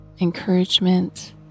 encouragement